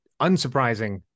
unsurprising